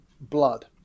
blood